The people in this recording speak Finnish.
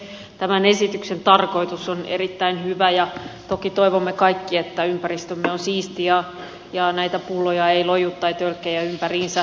tämän esityksen tarkoitus on erittäin hyvä ja toki toivomme kaikki että ympäristömme on siisti ja näitä pulloja tai tölkkejä ei loju ympäriinsä